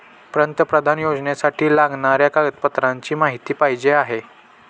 पंतप्रधान योजनेसाठी लागणाऱ्या कागदपत्रांची माहिती पाहिजे आहे